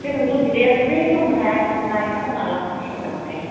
जोंनाव जौ बिदैया गोदै दंमोनहाय आइ संनाय खावनानै लांनांसिगोन नामाथाय